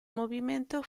movimento